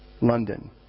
London